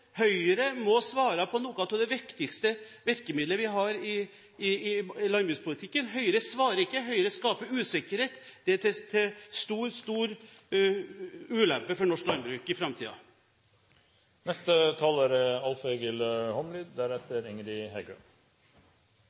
Høyre må svare når det gjelder et av de viktigste virkemidlene vi har i landbrukspolitikken. Høyre svarer ikke, Høyre skaper usikkerhet – til stor ulempe for norsk landbruk i